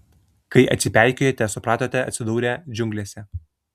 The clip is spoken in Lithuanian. kai atsipeikėjote supratote atsidūrę džiunglėse